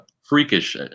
freakish